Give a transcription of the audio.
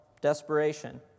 desperation